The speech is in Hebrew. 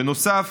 בנוסף,